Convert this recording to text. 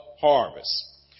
harvest